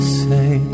say